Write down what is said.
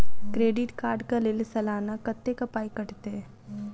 Credit card कऽ लेल सलाना कत्तेक पाई कटतै?